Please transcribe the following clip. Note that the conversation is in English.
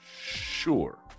Sure